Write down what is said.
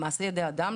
להבנתי מעשה ידי אדם,